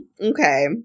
okay